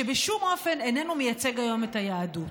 שבשום אופן אינו מייצג היום את היהדות.